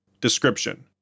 Description